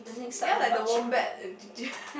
ya like the wombat